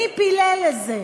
מי פילל לזה?